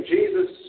Jesus